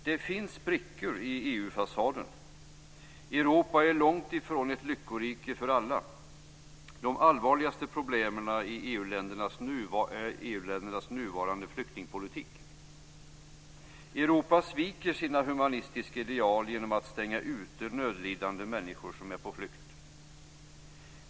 Det finns sprickor i EU-fasaden. Europa är långtifrån ett lyckorike för alla. De allvarligaste problemen finns i EU-ländernas nuvarande flyktingpolitik. Europa sviker sina humanistiska ideal genom att stänga ute nödlidande människor som är på flykt.